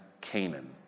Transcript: Canaan